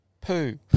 Poo